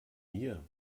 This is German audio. hier